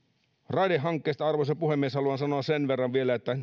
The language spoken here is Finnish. arvoisa puhemies raidehankkeista haluan sanoa sen verran vielä että